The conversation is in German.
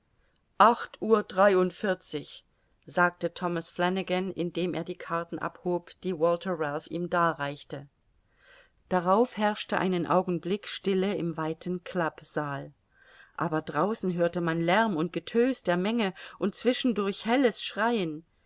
acht uhr dreiundvierzig sagte thomas flanagan indem er die karten abhob die walther ralph ihm darreichte darauf herrschte einen augenblick stille im weiten clubsaal aber draußen hörte man lärm und getös der menge und zwischendurch helles schreien